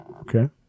Okay